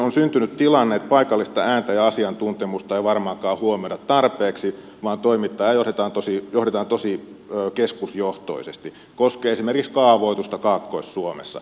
on syntynyt tilanne että paikallista ääntä ja asiantuntemusta ei varmaankaan huomioida tarpeeksi vaan toimintaa johdetaan tosi keskusjohtoisesti koskee esimerkiksi kaavoitusta kaakkois suomessa